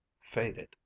faded